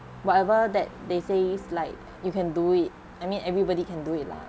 whatever that they say is like you can do it I mean everybody can do it lah